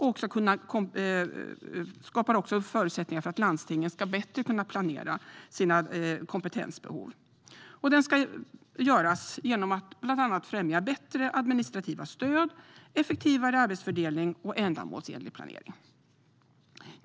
Den skapar också förutsättningar för landstingen att bättre planera sina kompetensbehov, och den ska bland annat främja bättre administrativa stöd, effektivare arbetsfördelning och ändamålsenlig planering.